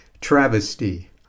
travesty